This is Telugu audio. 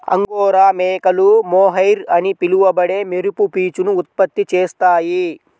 అంగోరా మేకలు మోహైర్ అని పిలువబడే మెరుపు పీచును ఉత్పత్తి చేస్తాయి